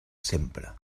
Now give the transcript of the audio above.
sempre